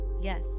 yes